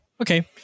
okay